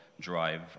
Drive